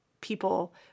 people